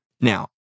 Now